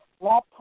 laptop